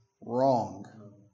Wrong